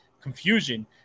confusion